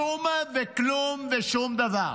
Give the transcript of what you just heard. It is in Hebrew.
שום וכלום ושום דבר.